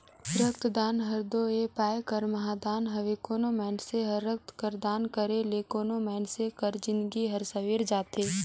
रकतदान हर दो ए पाए कर महादान हवे कोनो मइनसे कर रकत कर दान करे ले कोनो मइनसे कर जिनगी हर संवेर जाथे